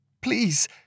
Please